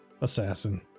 assassin